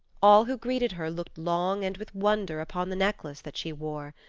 all who greeted her looked long and with wonder upon the necklace that she wore.